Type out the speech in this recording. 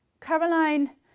Caroline